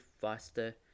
faster